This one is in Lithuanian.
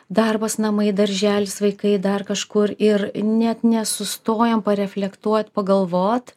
darbas namai darželis vaikai dar kažkur ir net nesustojam reflektuot pagalvot